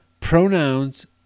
Pronouns